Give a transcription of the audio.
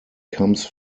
comes